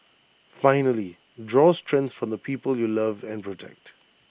finally draw strength from the people you love and protect